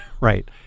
Right